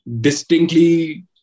distinctly